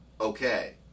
okay